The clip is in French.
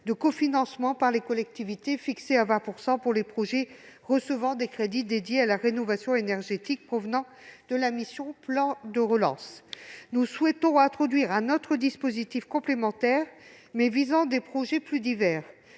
de cofinancement par les collectivités, fixé à 20 %, pour les projets recevant des crédits dédiés à la rénovation énergétique provenant de la mission « Plan de relance ». Nous souhaitons introduire un dispositif complémentaire visant des projets plus divers.